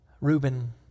Reuben